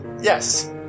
Yes